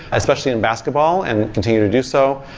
especially in basketball and continue to do so,